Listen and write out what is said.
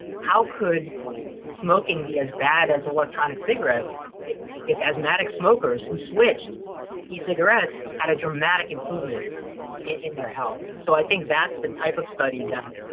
how could smoking be as bad as electronic cigarettes if if asthmatic smokers who switched to e-cigarettes had a dramatic improvement in their health? so i think that's the type of study that